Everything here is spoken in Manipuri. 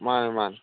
ꯃꯥꯅꯦ ꯃꯥꯅꯦ